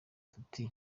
tuti